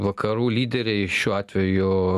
vakarų lyderiai šiuo atveju